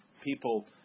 people